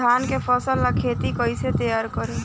धान के फ़सल ला खेती कइसे तैयार करी?